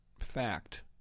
fact